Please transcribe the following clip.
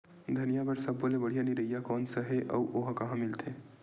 धनिया बर सब्बो ले बढ़िया निरैया कोन सा हे आऊ ओहा कहां मिलथे?